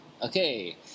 Okay